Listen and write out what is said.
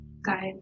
guys